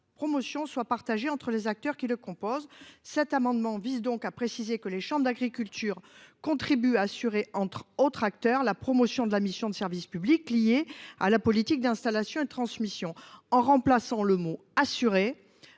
promotion en soient partagées entre les acteurs qui le composent. Cet amendement vise donc à préciser que les chambres d’agriculture contribuent à assurer, parmi d’autres acteurs, la promotion de la mission de service public liée à la politique d’installation et de transmission. En remplaçant « assurer »